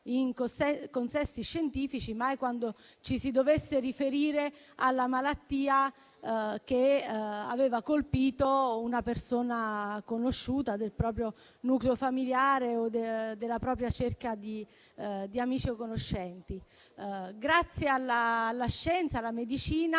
in consessi scientifici, mai quando ci si doveva riferire alla malattia che aveva colpito una persona conosciuta, del proprio nucleo familiare o della propria cerchia di amici o conoscenti. Grazie alla scienza e alla medicina